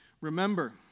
remember